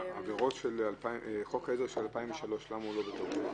למה חוק העזר מ-2003 לא בתוקף?